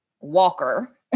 Walker